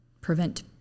prevent